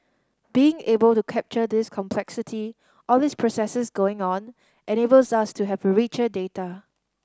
being able to capture this complexity all these processes going on enables us to have richer data